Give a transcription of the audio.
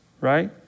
right